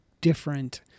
different